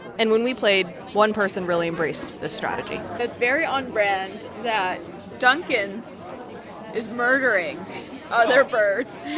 and when we played, one person really embraced this strategy that's very on brand that duncan's is murdering other birds,